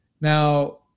Now